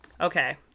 Okay